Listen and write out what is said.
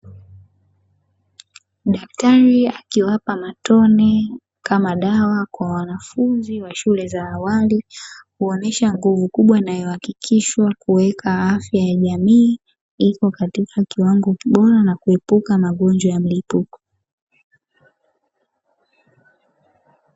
Daktari akiwapa matone kama dawa kwa shule ya awali, kuonesha Nguvu kkubwana kuweka katika afya ya jamii kuepuka magonjwa ya mlipuko.